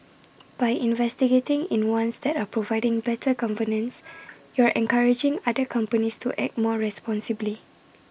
by investor heating in ones that are providing better governance you're encouraging other companies to act more responsibly